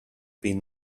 been